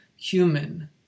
Human